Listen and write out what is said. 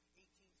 18